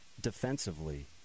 defensively